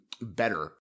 better